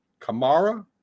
Kamara